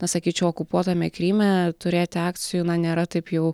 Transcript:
na sakyčiau okupuotame kryme turėti akcijų na nėra taip jau